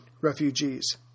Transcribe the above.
refugees